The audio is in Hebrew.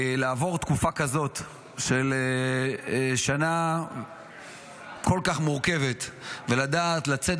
לעבור תקופה כזאת של שנה כל כך מורכבת ולדעת לצאת